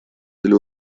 для